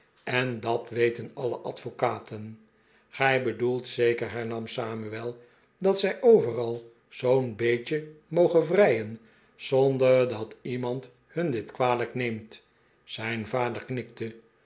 en dat weten alle advocaten gij bedoelt zeker hernam samuel dat zij overal zoo'n beetje mogen vrijen zonder dat iemand hun dit kwalijk neemt zijn vader